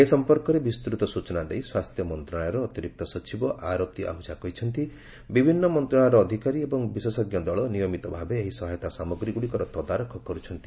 ଏ ସଫପର୍କରେ ବିସ୍ତୃତ ସ୍ୱଚନା ଦେଇ ସ୍ୱାସ୍ଥ୍ୟ ମନ୍ତ୍ରଣାଳୟର ଅତିରିକ୍ତ ସଚିବ ଆରତୀ ଆହୁଜା କହିଛନ୍ତି ବିଭିନ୍ନ ମନ୍ତ୍ରଣାଳୟର ଅଧିକାରୀ ଏବଂ ବିଶେଷଜ୍ଞ ଦଳ ନିୟମିତ ଭାବେ ଏହି ସହାୟତା ସାମଗ୍ରୀଗୁଡିକର ତଦାରଖ କରୁଛନ୍ତି